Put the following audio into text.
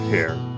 Care